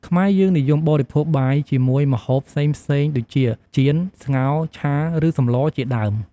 ខ្មែរយើងនិយមបរិភោគបាយជាមួយម្ហូបផ្សេងៗដូចជា ចៀន ស្ងោរ ឆា ឬ សម្លជាដើម។